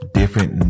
different